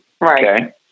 Right